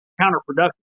counterproductive